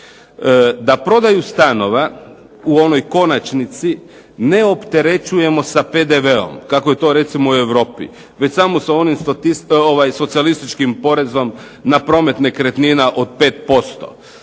da prodaju stanova u onoj konačnici ne opterećujemo sa PDV-om, kako je to recimo u Europi, već samo sa onim socijalističkim porezom na promet nekretnina od 5%.